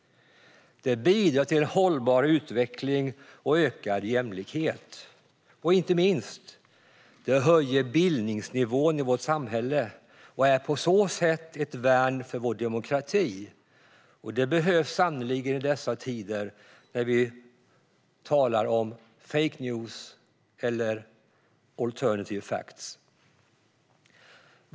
Det bidrar till hållbar utveckling och ökad jämlikhet. Och, inte minst, det höjer bildningsnivån i vårt samhälle och är på så sätt ett värn för vår demokrati. Det behövs sannerligen i dessa tider när det talas om fake news eller alternative facts.